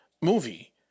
movie